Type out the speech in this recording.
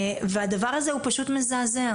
והדבר הזה הוא פשוט מזעזע.